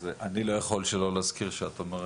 אני מתכבדת לפתוח את הדיון של ועדת העבודה והרווחה.